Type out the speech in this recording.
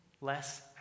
less